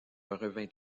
revint